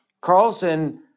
Carlson